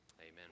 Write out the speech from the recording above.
Amen